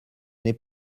n’est